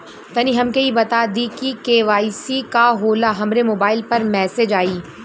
तनि हमके इ बता दीं की के.वाइ.सी का होला हमरे मोबाइल पर मैसेज आई?